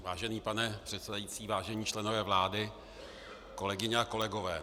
Vážený pane předsedající, vážení členové vlády, kolegyně a kolegové.